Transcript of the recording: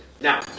Now